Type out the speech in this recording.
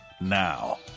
now